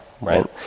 right